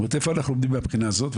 זאת אומרת איפה אנחנו עומדים מהבחינה הזאת?